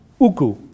uku